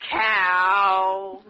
cow